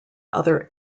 other